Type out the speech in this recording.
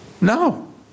No